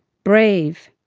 brave,